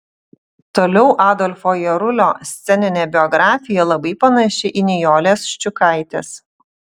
toliau adolfo jarulio sceninė biografija labai panaši į nijolės ščiukaitės